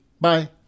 bye